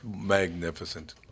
magnificent